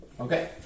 Okay